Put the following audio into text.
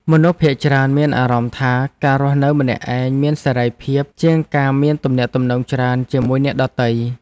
មនុស្សភាគច្រើនមានអារម្មណ៍ថា ការរស់នៅម្នាក់ឯងមានសេរីភាពជាងការមានទំនាក់ទំនងច្រើនជាមួយអ្នកដទៃ។